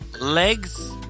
Legs